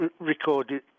recorded